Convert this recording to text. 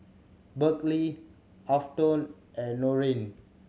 Berkley Afton and Norine